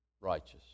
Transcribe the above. righteous